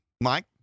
Mike